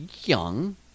young